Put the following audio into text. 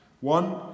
One